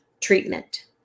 treatment